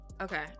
okay